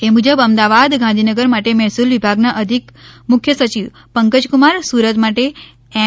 એ મુજબ અમદાવાદ ગાંધીનગર માટે મહેસૂલ વિભાગના અધિક મુખ્ય સચિવ પંકજ કુમાર સુરત માટે એમ